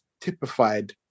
typified